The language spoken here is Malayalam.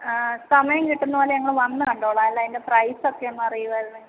ആ സമയം കിട്ടുന്നപ്പോലെ ഞങ്ങള് വന്ന് കണ്ടോളാം അല്ല അതിൻ്റെ പ്രൈസൊക്കെ ഒന്ന് അറിയുവായിരുന്നെങ്കിൽ